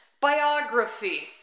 biography